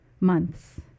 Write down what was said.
Months